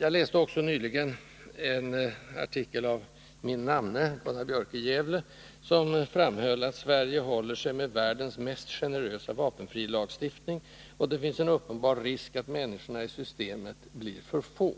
Jag läste också nyligen en artikel av min namne, Gunnar Björk i Gävle, som framhöll att Sverige håller sig med världens mest generösa vapenfrilagstiftning och att det finns en uppenbar risk att ”människorna i systemet” blir för få.